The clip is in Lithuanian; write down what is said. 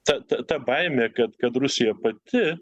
ta ta ta baimė kad kad rusija pati